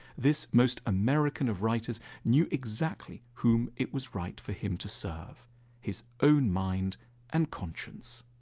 this most american of writers knew exactly whom it was right for him to serve his own mind and conscience.